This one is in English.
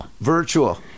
Virtual